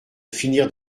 finir